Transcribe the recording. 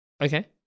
Okay